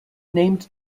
named